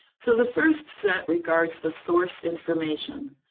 so the first set regards the source information.